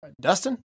Dustin